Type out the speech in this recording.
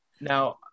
Now